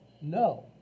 No